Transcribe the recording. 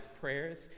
prayers